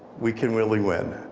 we can really win.